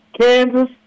Kansas